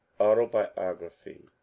Autobiography